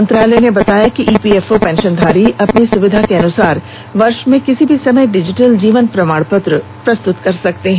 मंत्रालय ने बताया कि ईपीएफओ पेंशनधारी अपनी सुविधा के अनुसार वर्ष में किसी भी समय डिजिटल जीवन प्रमाण पत्र प्रस्तृत कर सकते हैं